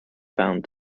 found